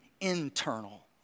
internal